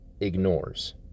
ignores